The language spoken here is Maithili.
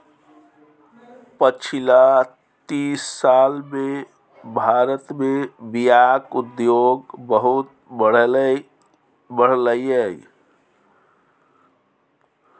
पछिला तीस साल मे भारत मे बीयाक उद्योग बहुत बढ़लै यै